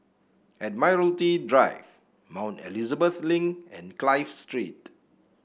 Admiralty Drive Mount Elizabeth Link and Clive Street